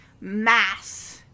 mass